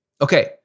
Okay